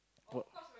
what